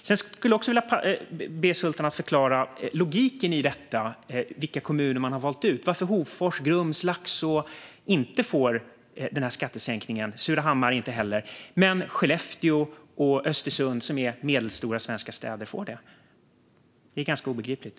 Jag vill också be Sultan förklara logiken bakom de kommuner man har valt ut. Varför får inte de som bor i Hofors, Grums, Laxå eller Surahammar skattesänkningen? Men de som bor i Skellefteå och Östersund, som är medelstora svenska städer, får det. Det är ganska obegripligt.